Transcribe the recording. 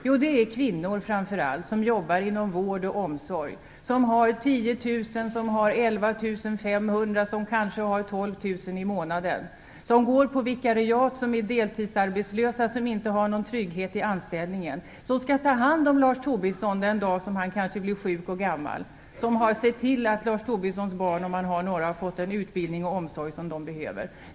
Jo, det är framför allt kvinnor som jobbar inom vård och omsorg, som har 10 000 kr, 11 500 kr eller kanske 12 000 kr i månaden, som går på vikariat, som är deltidsarbetslösa, som inte har någon trygghet i anställningen, som skall ta hand om Lars Tobisson den dag han kanske blir sjuk och när han blir gammal, som har sett till att Lars Tobissons barn, om han har några, har fått den utbildning och omsorg som de behöver.